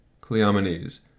Cleomenes